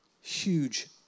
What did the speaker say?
huge